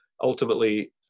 ultimately